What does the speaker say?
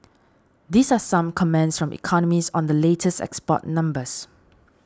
these are some comments from economists on the latest export numbers